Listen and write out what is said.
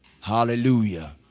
Hallelujah